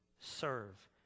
serve